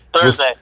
Thursday